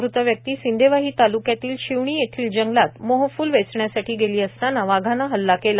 मृत व्यक्ती सिंदेवाही तालुक्यातील शिवणी येथील जंगलात मोहफूल वेचण्यासाठी गेला असतांना वाघाने हल्ला केला